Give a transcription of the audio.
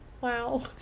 Wow